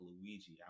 Luigi